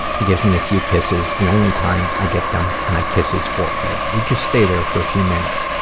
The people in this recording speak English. he gives me a few kisses, the only time i get them, and i kiss his forehead. we just stay there for a few minutes,